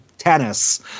tennis